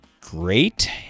great